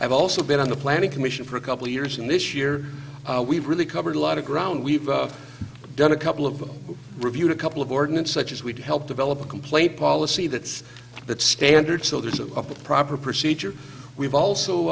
i've also been on the planning commission for a couple of years and this year we've really covered a lot of ground we've done a couple of review a couple of ordinance such as we've helped develop a complaint policy that's the standard so there's a proper procedure we've also